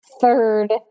third